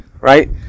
right